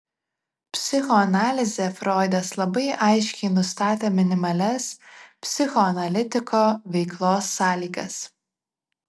psichoanalize froidas labai aiškiai nustatė minimalias psichoanalitiko veiklos sąlygas